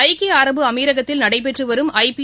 ஐக்கிய அரபு அமிரகத்தில் நடைபெற்றுவரும் ஐபி